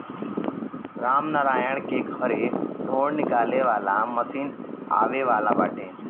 रामनारायण के घरे डाँठ निकाले वाला मशीन आवे वाला बाटे